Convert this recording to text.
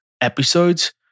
episodes